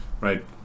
right